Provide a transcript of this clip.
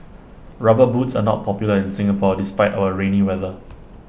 rubber boots are not popular in Singapore despite our rainy weather